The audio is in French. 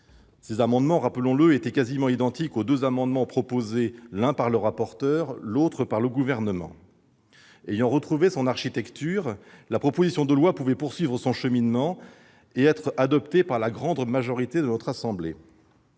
Ces amendements, rappelons-le, étaient quasiment identiques aux deux amendements proposés, l'un par le rapporteur, l'autre par le Gouvernement. Ayant retrouvé son architecture, la proposition de loi pouvait poursuivre son cheminement et être adoptée par la grande majorité des membres